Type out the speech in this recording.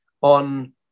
on